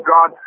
God